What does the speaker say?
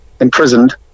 Imprisoned